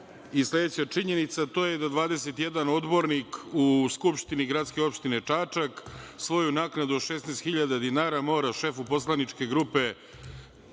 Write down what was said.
i sledeća činjenica, a to je da 21 odbornik u Skupštini gradske opštine Čačak svoju naknadu od 16.000 dinara mora šefu poslaničke grupe